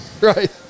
right